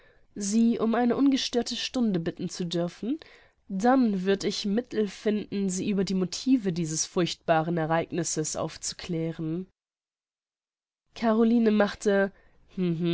sie um eine ungestörte stunde bitten zu dürfen dann würd ich mittel finden sie über die motive dieses furchtbaren ereignisses aufzuklären caroline machte